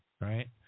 right